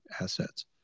assets